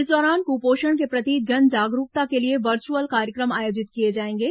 इस दौरान क्पोषण के प्रति जन जागरूकता के लिए वर्चुअल कार्यक्रम आयोजित किए जाएंगे